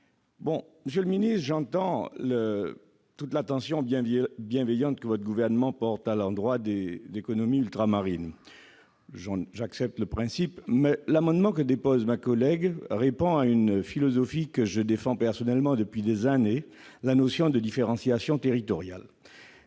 Monsieur le ministre, j'entends toute l'attention bienveillante que le gouvernement auquel vous appartenez porte à l'économie ultramarine. J'en accepte le principe, mais l'amendement de ma collègue répond à une philosophie que je défends personnellement depuis des années : la notion de différenciation territoriale.